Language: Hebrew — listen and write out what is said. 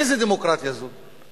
איזה דמוקרטיה זאת?